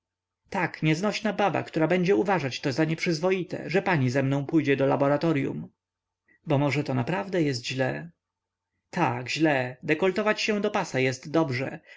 tak nieznośna baba która będzie uważać to za nieprzyzwoite że pani ze mną pójdzie do laboratoryum bo może to naprawdę jest źle tak źle dekoltować się do pasa jest dobrze